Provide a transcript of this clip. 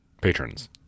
Patrons